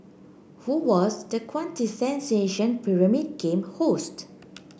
who was the quintessential Pyramid Game host